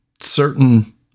certain